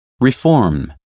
reform